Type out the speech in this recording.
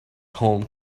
home